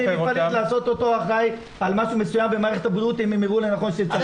לעשות אותו אחראי על משהו מסוים במערכת הבריאות אם הם יראו לנכון שצריך.